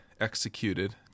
executed